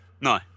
No